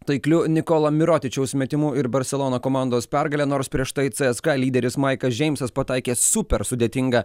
taikliu nikolo mirotičiaus metimu ir barcelona komandos pergale nors prieš tai cska lyderis maiklas džeimsas pataikęs super sudėtingą